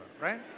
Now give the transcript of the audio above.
right